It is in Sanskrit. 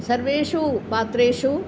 सर्वेषु पात्रेषु